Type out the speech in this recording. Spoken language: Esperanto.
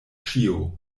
ĉio